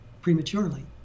prematurely